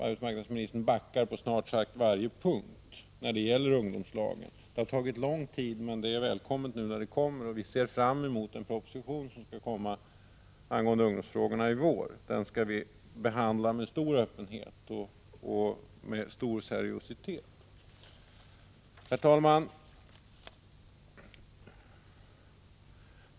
Arbetsmarknadsministern backar på snart sagt varje punkt när det gäller ungdomslagen. Det har tagit lång tid, men det är välkommet nu när det kommer. Vi ser fram mot den proposition angående ungdomsfrågorna som skall föreläggas riksdagen i vår. Den skall vi behandla mycket seriöst och med stor öppenhet.